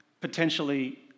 potentially